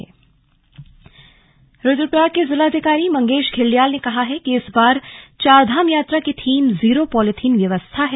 slug सफाई अभियान बैठक रुद्रप्रयाग के जिलाधिकारी मंगेश धिल्डियाल ने कहा है कि इस बार चारधाम यात्रा की थीम जीरो पॉलीथीन व्यवस्था है